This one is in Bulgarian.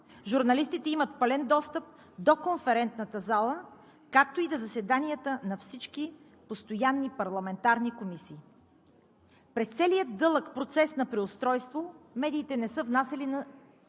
журналистите имат пълен достъп до конферентната зала, както и до заседанията на всички постоянни парламентарни комисии. През целия дълъг процес на преустройство медиите не са внасяли